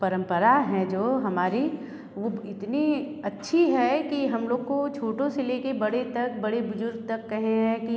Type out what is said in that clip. परंपरा हैं जो हमारी वो इतनी अच्छी है कि हम लोग को छोटों से ले कर बड़े तक बड़े बुज़ुर्ग तक कहे हैं कि